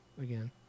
again